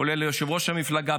כולל יושב-ראש המפלגה,